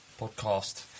podcast